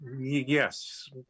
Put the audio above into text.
Yes